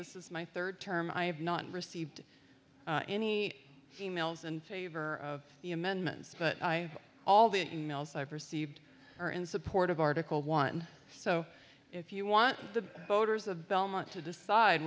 this is my third term i have not received any emails in favor of the amendments but i all the emails i've received are in support of article one so if you want the voters of belmont to decide